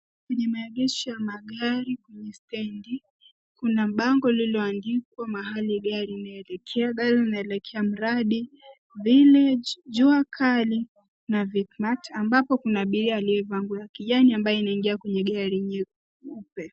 Kwenye maegesho ya magari kwenye stendi kuna bango lililo andikwa mahali gari linaelekea, gari linaelekea mradi, village, jua kali na Quickmatt ambapo kuna abiria aliyevaa nguo ya kijani anaye ingia kwenye gari nyeupe.